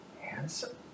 handsome